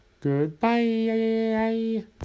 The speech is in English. Goodbye